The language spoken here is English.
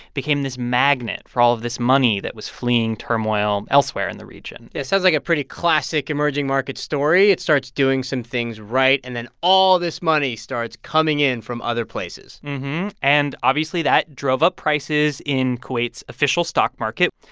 became this magnet for all of this money that was fleeing turmoil elsewhere in the region yeah, it sounds like a pretty classic emerging market story. it starts doing some things right, and then all this money starts coming in from other places and obviously, that drove up prices in kuwait's official stock market.